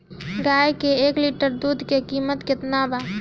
गाए के एक लीटर दूध के कीमत केतना बा?